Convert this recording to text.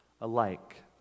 alike